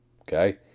Okay